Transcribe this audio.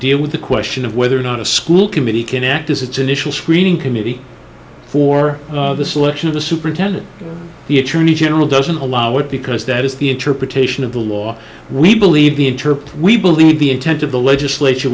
deal with the question of whether or not a school committee can act as its initial screening committee for the selection of the superintendent the attorney general doesn't allow it because that is the interpretation of the law we believe the interpret we believe the intent of the legislature